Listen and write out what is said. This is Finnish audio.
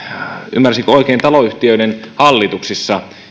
ymmärsinkö oikein näissä taloyhtiöiden hallituksissa